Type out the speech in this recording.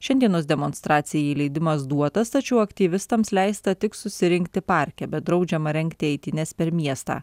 šiandienos demonstracijai leidimas duotas tačiau aktyvistams leista tik susirinkti parke bet draudžiama rengti eitynes per miestą